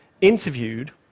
interviewed